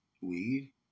Weed